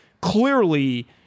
clearly